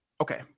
Okay